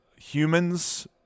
humans